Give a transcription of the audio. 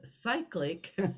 cyclic